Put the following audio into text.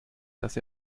dass